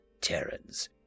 Terrans